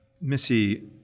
Missy